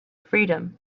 freedom